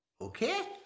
Okay